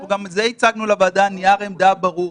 אנחנו גם את זה הצגנו לוועדה בנייר עמדה ברור.